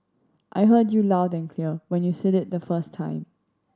I heard you loud and clear when you said it the first time